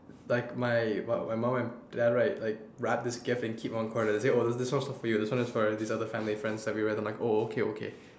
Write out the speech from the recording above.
like my what my mom and dad right like wrap this gift right and keep one part this one is for you this one is for this other family friend I'm like oh okay okay